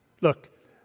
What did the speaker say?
Look